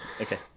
Okay